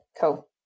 Cool